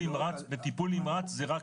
בטיפול נמרץ זה רק,